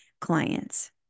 clients